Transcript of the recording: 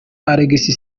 alex